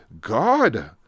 God